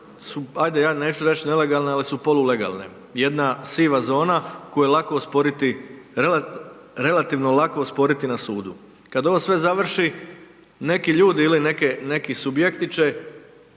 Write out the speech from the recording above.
su, ajde ja neću reć nelegalne, ali su polu legalne, jedna siva zona koju je lako osporiti, relativno lako osporiti na sudu. Kad ovo sve završi neki ljudi ili neke, neki subjekti će